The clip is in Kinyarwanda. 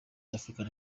africa